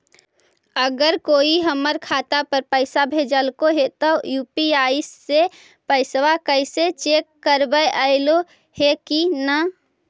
अगर कोइ हमर खाता पर पैसा भेजलके हे त यु.पी.आई से पैसबा कैसे चेक करबइ ऐले हे कि न?